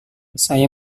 saya